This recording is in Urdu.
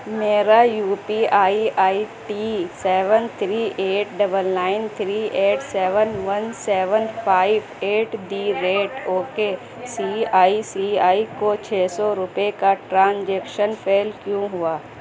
میرا U P I I T seven three eight double nine three eight seven one seven five eight the rate okay C I C I کو چھ سو روپے کا ٹرانجیکشن فیل کیوں ہوا